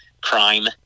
crime